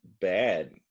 bad